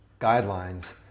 guidelines